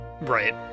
right